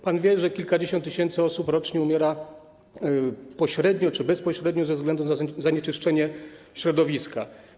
Pan wie, że kilkadziesiąt tysięcy osób rocznie umiera pośrednio czy bezpośrednio ze względu na zanieczyszczenie środowiska?